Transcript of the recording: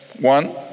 one